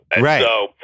Right